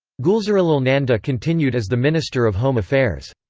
gulzarilal nanda continued as the minister of home affairs.